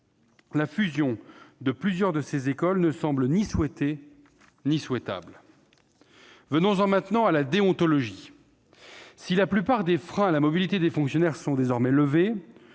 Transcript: la fusion de plusieurs de ces écoles ne me semble ni souhaitée ni souhaitable. Venons-en à la déontologie : si la plupart des freins à la mobilité des fonctionnaires sont levés,